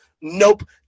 Nope